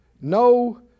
No